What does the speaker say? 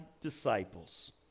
disciples